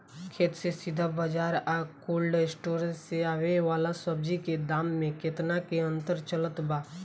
खेत से सीधा बाज़ार आ कोल्ड स्टोर से आवे वाला सब्जी के दाम में केतना के अंतर चलत बा?